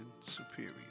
superior